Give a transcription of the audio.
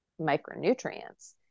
micronutrients